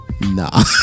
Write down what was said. Nah